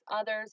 others